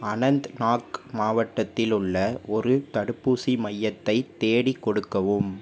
அனந்த்நாக் மாவட்டத்தில் உள்ள ஒரு தடுப்பூசி மையத்தை தேடிக் கொடுக்கவும்